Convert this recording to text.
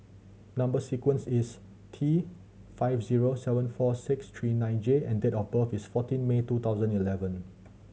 number sequence is T five zero seven four six three nine J and date of birth is fourteen May two thousand eleven